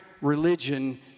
religion